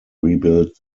rebuilt